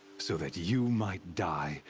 so that you might die.